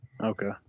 Okay